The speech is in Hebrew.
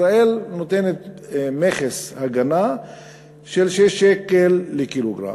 ישראל נותנת מכס הגנה של 6 שקלים לקילוגרם.